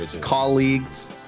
Colleagues